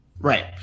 right